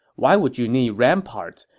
why would you need ramparts?